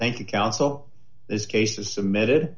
thank you counsel this case is submitted